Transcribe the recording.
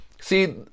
See